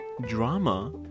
drama